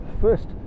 first